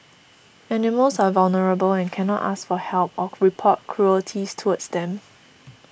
animals are vulnerable and cannot ask for help or report cruelties towards them